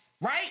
Right